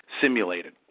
simulated